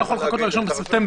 לא יכול לחכות ל-1 בספטמבר,